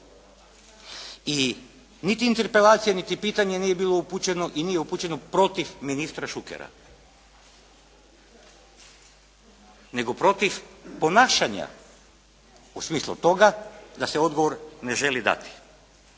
I niti interpelacija niti pitanje nije bilo upućeno i nije upućeno protiv ministra Šukera, nego protiv ponašanja u smislu toga da se odgovor ne želi dati.